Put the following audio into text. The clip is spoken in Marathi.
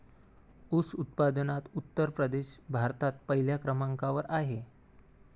ऊस उत्पादनात उत्तर प्रदेश भारतात पहिल्या क्रमांकावर आहे